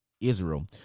israel